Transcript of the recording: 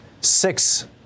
six